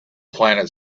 planet